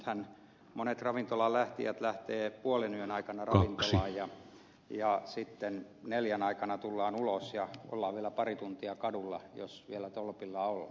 nythän monet ravintolaan lähtijät lähtevät puolen yön aikaan ravintolaan ja sitten neljän aikaan tullaan ulos ja ollaan vielä pari tuntia kadulla jos vielä tolpillaan ollaan